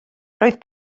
roedd